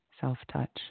Self-touch